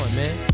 man